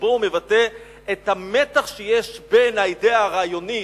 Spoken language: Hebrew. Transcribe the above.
שבו הוא מבטא את המתח שיש בין האידיאה הרעיונית,